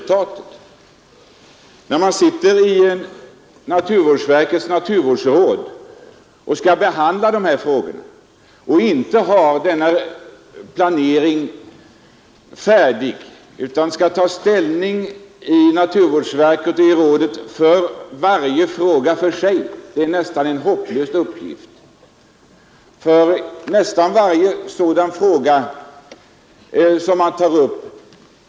Det är nästan en hopplös uppgift att sitta i naturvårdsverkets naturvårdsråd och behandla miljöfrågor och försöka ta ställning till varje fråga för sig utan att ha en riksplanering att hålla sig till.